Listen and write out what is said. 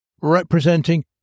representing